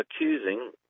accusing